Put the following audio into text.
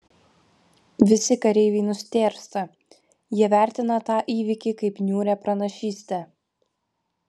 visi kareiviai nustėrsta jie vertina tą įvykį kaip niūrią pranašystę